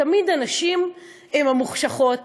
שתמיד הנשים הן המוחשכות,